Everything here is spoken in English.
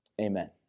Amen